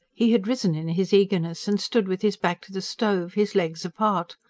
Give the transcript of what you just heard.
he had risen in his eagerness, and stood with his back to the stove, his legs apart.